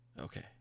Okay